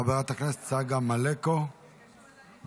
חברת הכנסת צגה מלקו, בבקשה.